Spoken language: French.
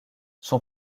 son